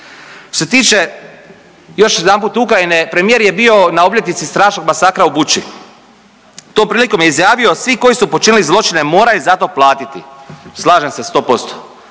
Što se tiče još jedanput Ukrajine, premijer je bio na obljetnici strašnog masakra u Bući. Tom prilikom je izjavio svi koji su počinili zločine moraju za to platiti, slažem se 100%,